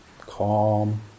calm